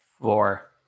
Four